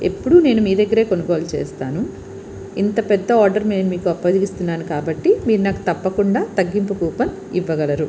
ఎప్పుడు నేను మీ దగ్గరే కొనుగోలు చేస్తాను ఇంత పెద్ద ఆర్డర్ నేను మీకు అప్పగిస్తున్నాను కాబట్టి మీరు నాకు తప్పకుండా తగ్గింపు కూపన్ ఇవ్వగలరు